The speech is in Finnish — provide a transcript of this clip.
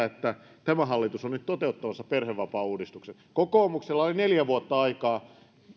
että tämä hallitus on nyt toteuttamassa perhevapaauudistuksen kokoomuksella oli neljä vuotta aikaa